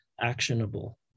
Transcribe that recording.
actionable